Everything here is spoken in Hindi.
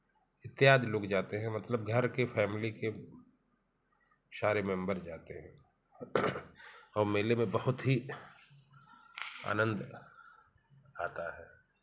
इत्यादि लोग जाते हैं मतलब घर के फैमली के सारे मेंबर जाते हैं और मेले में बहुत ही आनंद आता है